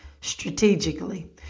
strategically